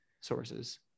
sources